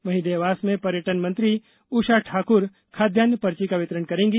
वहीं देवास में पर्यटन मंत्री ऊषा ठाकुर खाद्यान्न पर्ची का वितरण करेगी